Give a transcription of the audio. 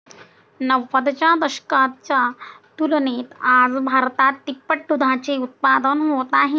नव्वदच्या दशकाच्या तुलनेत आज भारतात तिप्पट दुधाचे उत्पादन होत आहे